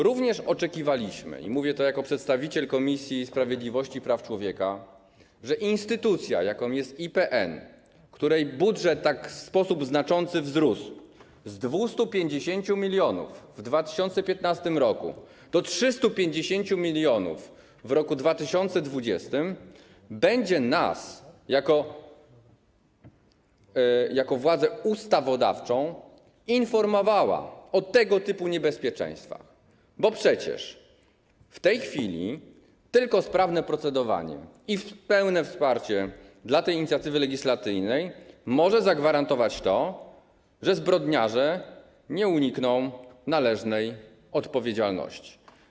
Również oczekiwaliśmy, i mówię to jako przedstawiciel Komisji Sprawiedliwości i Praw Człowieka, że instytucja, jaką jest IPN, której budżet wzrósł w sposób znaczący, tj. z 250 mln w 2015 r. do 350 mln w roku 2020, będzie nas jako władzę ustawodawczą informowała o tego typu niebezpieczeństwach, bo przecież w tej chwili tylko sprawne procedowanie i pełne wsparcie dla tej inicjatywy legislacyjnej może zagwarantować to, że zbrodniarze nie unikną należnej odpowiedzialności.